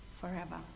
forever